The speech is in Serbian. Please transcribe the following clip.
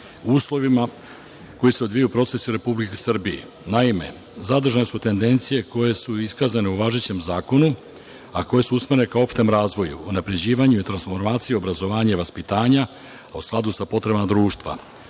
uslovima koji se odvijaju u procesu u Republici Srbiji. Naime, zadržane su tendencije koje su iskazane u važećem zakonu, a koje su usmerene ka opštem razvoju, unapređivanju i transformaciji obrazovanja i vaspitanja u skladu sa potrebama društva,